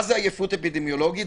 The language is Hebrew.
מה זה עייפות אפידמיולוגית?